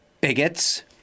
Bigots